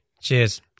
Cheers